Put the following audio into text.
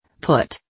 Put